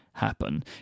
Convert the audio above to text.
happen